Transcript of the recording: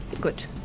good